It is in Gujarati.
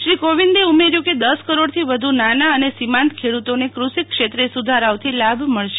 શ્રી કોવિંદે ઉમેયુ કે દશ કરોડથી વધુ નાના અને સીમાંત ખેડૂતોને ક્રષિ ક્ષેત્રે સુધારોઓથી લાભ મળશે